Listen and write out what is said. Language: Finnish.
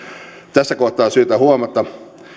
tässä kohtaa on syytä huomata